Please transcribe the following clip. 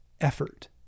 effort